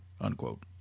unquote